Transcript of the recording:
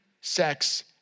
sex